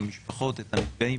את המשפחות ואת הנפגעים,